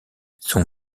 son